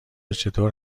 چطور